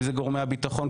אם זה גורמי הביטחון,